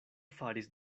faris